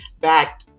back